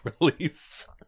release